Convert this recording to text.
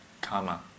karma